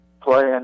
playing